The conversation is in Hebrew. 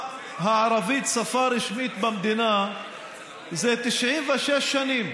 הערבית, שפה רשמית במדינה זה 96 שנים.